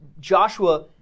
Joshua